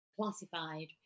classified